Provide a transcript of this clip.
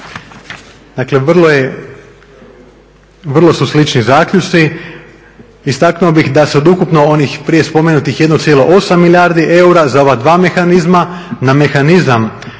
je, vrlo su slični zaključci. Istaknuo bih da se od ukupno onih prije spomenutih 1,8 milijardi eura za ova dva mehanizma na mehanizam